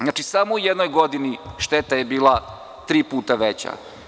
Znači, samo u jednoj godini šteta je bila tri puta veća.